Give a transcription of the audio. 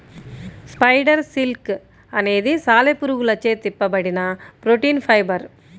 spider silk అనేది సాలెపురుగులచే తిప్పబడిన ప్రోటీన్ ఫైబర్